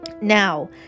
Now